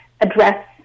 address